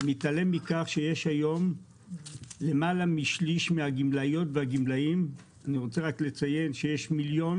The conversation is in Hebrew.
מתעלם מכך שיש היום למעלה משליש מהגמלאיות והגמלאים - יש מיליון